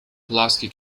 pulaski